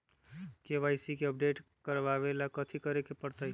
KYC के update करवावेला कथि करें के परतई?